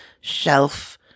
shelf